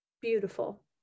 Beautiful